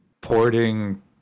porting